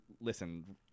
listen